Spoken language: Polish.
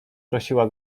prosiła